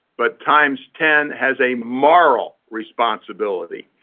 but times ten has a moral responsibility.